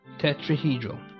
tetrahedral